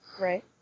Right